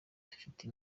dufite